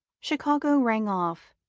chicago rang off,